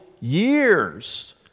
years